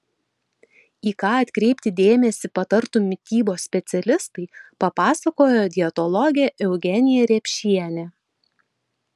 į ką atkreipti dėmesį patartų mitybos specialistai papasakojo dietologė eugenija repšienė